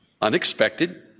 unexpected